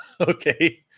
okay